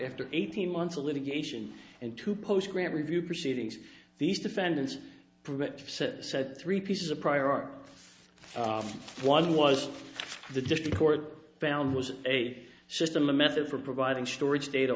after eighteen months of litigation and two post grant review proceedings these defendants said three pieces of prior art one was the district court found was a system a method for providing storage data